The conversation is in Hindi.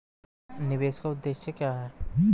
निवेश का उद्देश्य क्या है?